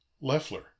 Leffler